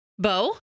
Bo